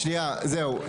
טוב, שנייה, זהו.